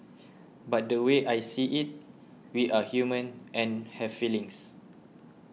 but the way I see it we are human and have feelings